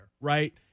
right